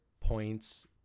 points